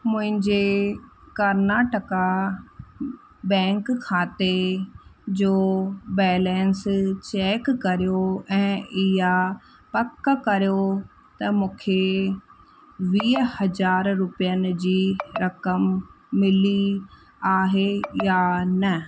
मुंहिंजे कर्नाटका बैंक खाते जो बैलेंस चैक करियो ऐं इहा पक करियो त मूंखे वीह हज़ार रुपयनि जी रक़म मिली आहे या न